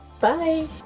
Bye